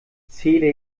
zähle